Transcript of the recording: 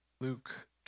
Luke